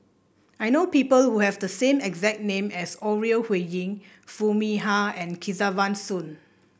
I know people who have the same exact name as Ore Huiying Foo Mee Har and Kesavan Soon